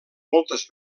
moltes